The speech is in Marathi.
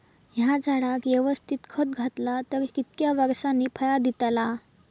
हया झाडाक यवस्तित खत घातला तर कितक्या वरसांनी फळा दीताला?